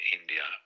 India